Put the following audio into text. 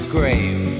Grave